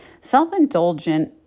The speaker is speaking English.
Self-indulgent